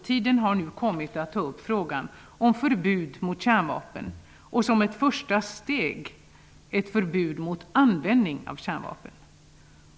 Tiden har nu kommit att ta upp frågan om förbud mot kärnvapen och som ett första steg ett förbud mot användning av kärnvapen.